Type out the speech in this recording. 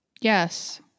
Yes